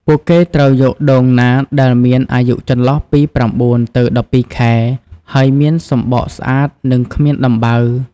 ពួកគេត្រូវយកដូងណាដែលមានអាយុចន្លោះពី ៩ ទៅ ១២ ខែ ហើយមានសម្បកស្អាត និងគ្មានដំបៅ។